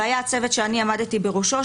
והיה צוות שאני עמדתי בראשו,